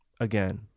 again